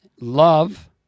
love